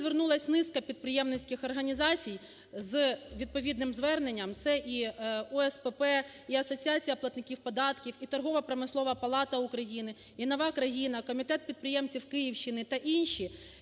звернулась низка підприємницьких організацій з відповідним зверненням. Це і УСПП, і Асоціація платників податків, і Торгово-промислова палата України, і "Нова країна", Комітет підприємців Київщини та інші,